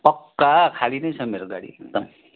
पक्का खाली नै छ मेरो गाडी एकदम